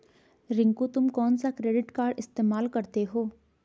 रिंकू तुम कौन सा क्रेडिट कार्ड इस्तमाल करते हो?